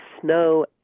snow